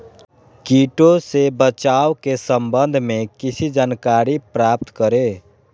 किटो से बचाव के सम्वन्ध में किसी जानकारी प्राप्त करें?